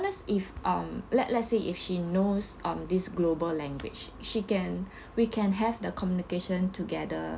unless if um let let's say if she knows um this global language she can we can have the communication together